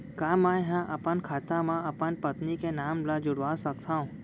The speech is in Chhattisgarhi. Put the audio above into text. का मैं ह अपन खाता म अपन पत्नी के नाम ला जुड़वा सकथव?